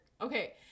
Okay